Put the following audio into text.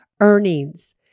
earnings